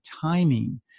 timing